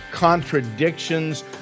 contradictions